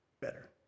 better